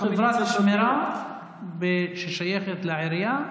זו חברת שמירה ששייכת לעירייה,